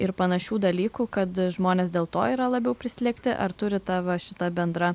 ir panašių dalykų kad žmonės dėl to yra labiau prislėgti ar turi ta va šita bendra